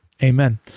Amen